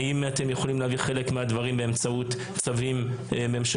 האם אתם יכולים להעביר חלק מהדברים באמצעות צווים ממשלתיים,